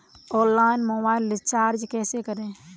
Online mobile recharge कैसे करें?